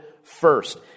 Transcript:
first